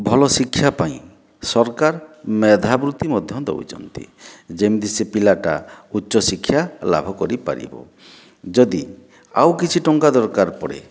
ଭଲ ଶିକ୍ଷା ପାଇଁ ସରକାର ମେଧାବୃତ୍ତି ମଧ୍ୟ ଦେଉଛନ୍ତି ଯେମିତି ସେ ପିଲାଟା ଉଚ୍ଚ ଶିକ୍ଷା ଲାଭ କରିପାରିବ ଯଦି ଆଉ କିଛି ଟଙ୍କା ଦରକାର ପଡ଼େ